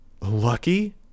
Lucky